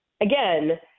again